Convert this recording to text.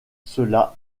cela